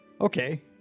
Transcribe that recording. Okay